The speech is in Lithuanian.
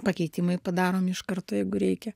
pakeitimai padaromi iš karto jeigu reikia